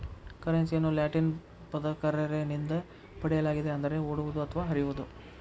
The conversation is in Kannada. ಕರೆನ್ಸಿಯನ್ನು ಲ್ಯಾಟಿನ್ ಪದ ಕರ್ರೆರೆ ನಿಂದ ಪಡೆಯಲಾಗಿದೆ ಅಂದರೆ ಓಡುವುದು ಅಥವಾ ಹರಿಯುವುದು